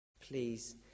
Please